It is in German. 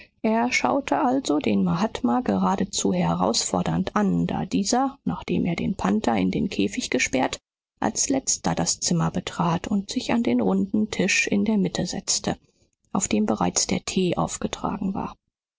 er schaute also den mahatma geradezu herausfordernd an da dieser nachdem er den panther in den käfig gesperrt als letzter das zimmer betrat und sich an den runden tisch in der mitte setzte auf dem bereits der tee aufgetragen war